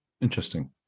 Interesting